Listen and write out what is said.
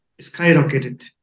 skyrocketed